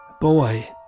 boy